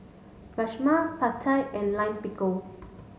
Rajma Pad Thai and Lime Pickle